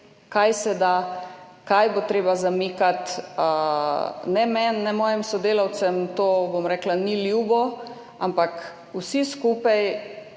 kaj se da, kaj bo treba zamikati. Ne meni ne mojim sodelavcem to ni ljubo, ampak vsi skupaj